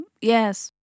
Yes